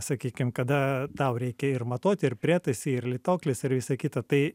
sakykim kada tau reikia ir matuoti ir prietaisai ir lituoklis ir visa kita tai